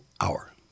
Hour